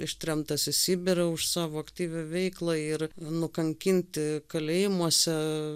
ištremtas į sibirą už savo aktyvią veiklą ir nukankinti kalėjimuose